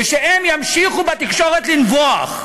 ושהם ימשיכו, בתקשורת, לנבוח.